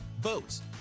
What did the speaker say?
boats